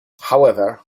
however